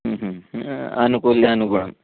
अनुकूल्यानुगुणं